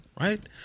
right